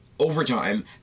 Overtime